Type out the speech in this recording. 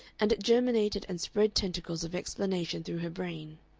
and it germinated and spread tentacles of explanation through her brain.